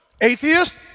Atheist